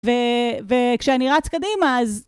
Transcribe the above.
וכשאני רץ קדימה, אז...